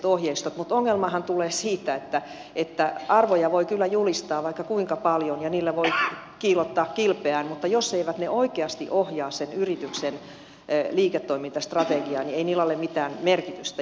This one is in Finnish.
mutta ongelmahan tulee siitä että arvoja voi kyllä julistaa vaikka kuinka paljon ja niillä voi kiillottaa kilpeään mutta jos eivät ne oikeasti ohjaa sen yrityksen liiketoimintastrategiaa niin ei niillä ole mitään merkitystä